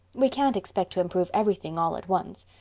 we can't expect to improve everything all at once.